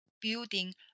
building